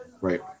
right